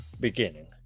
beginning